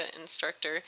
instructor